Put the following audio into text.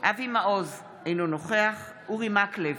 אבי מעוז, אינו נוכח אורי מקלב,